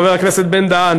חבר הכנסת בן-דהן,